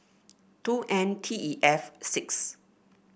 two N T E F six